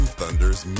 Thunders